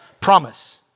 promise